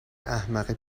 احمق